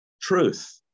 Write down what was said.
Truth